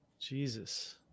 Jesus